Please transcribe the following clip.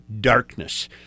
darkness